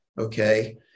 Okay